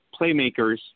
playmakers